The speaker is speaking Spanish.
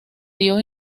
dio